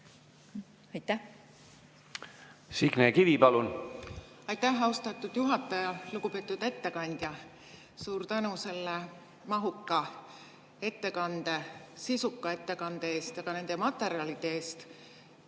palun! Signe Kivi, palun! Aitäh, austatud juhataja! Lugupeetud ettekandja, suur tänu selle mahuka ettekande, sisuka ettekande ja ka nende materjalide eest!